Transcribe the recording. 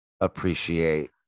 appreciate